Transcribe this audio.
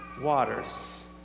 waters